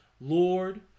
lord